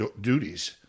duties